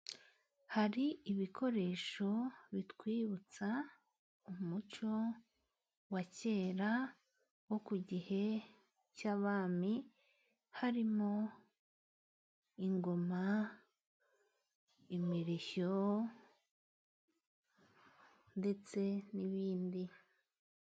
Hari ibikoresho bitwibutsa, umuco wa kera, wo kugihe cy'abami, harimo ingoma, imirishyo, ndetse n'ibindi.